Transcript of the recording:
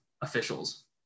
officials